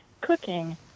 cooking